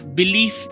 belief